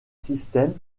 système